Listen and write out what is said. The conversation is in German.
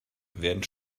werden